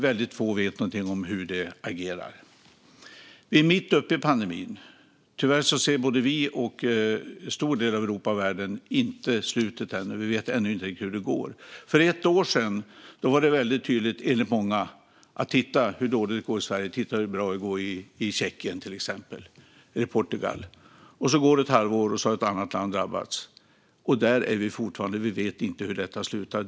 Väldigt få vet någonting om hur detta virus agerar. Vi är mitt uppe i pandemin, och tyvärr ser varken vi eller en stor del av Europa och världen slutet ännu. Vi vet ännu inte riktigt hur det går. För ett år sedan var det, enligt många, väldigt tydligt hur dåligt det gick i Sverige och hur bra det gick i till exempel Tjeckien eller Portugal. Ett halvår senare hade ett annat land drabbats. Där är vi fortfarande; vi vet inte hur detta slutar.